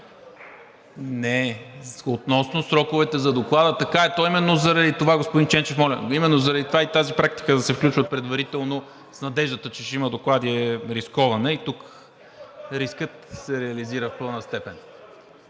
Не, относно сроковете за доклада, така е. Именно заради това, господин Ченчев, моля. Именно затова и тази практика да се включват предварително с надеждата, че ще има доклади, е рискована. И тук рискът се реализира в пълна степен.